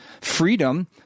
freedom